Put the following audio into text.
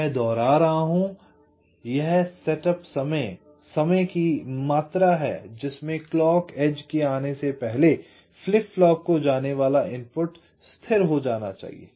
मैं दोहरा रहा हूँ यह समय की मात्रा है जिसमे क्लॉक एज के आने से पहले फ्लिप फ्लॉप को जाने वाला इनपुट स्थिर हो जाना चाहिए